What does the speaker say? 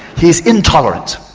he's intolerant.